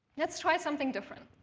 let's try something different.